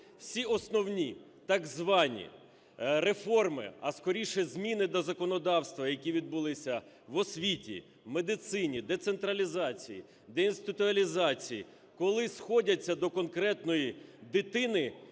Всі основні так звані реформи, а, скоріше, зміни до законодавства, які відбулися в освіті, в медицині, децентралізації, деінституалізації, коли сходяться до конкретної дитини,